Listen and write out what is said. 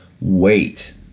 wait